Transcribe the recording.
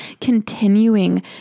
continuing